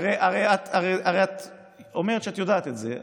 הרי את אומרת שאת יודעת את זה,